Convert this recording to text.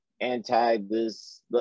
anti-this